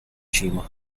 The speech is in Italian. cima